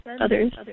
others